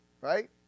right